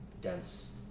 dense